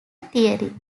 theory